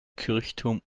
kirchturmuhr